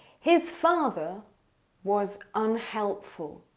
his father was unhelpful.